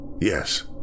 Yes